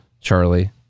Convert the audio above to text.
Charlie